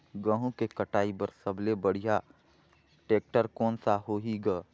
गहूं के कटाई पर सबले बढ़िया टेक्टर कोन सा होही ग?